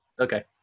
Okay